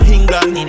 England